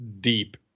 deep